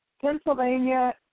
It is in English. Pennsylvania